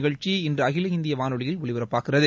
நிகழ்ச்சி இன்று அகில இந்திய வானொலியில் ஒலிபரப்பாகிறது